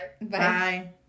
Bye